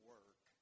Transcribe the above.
Work